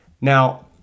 Now